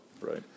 right